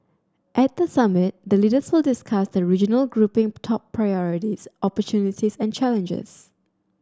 at the summit the leaders will discuss the regional grouping top priorities opportunities and challenges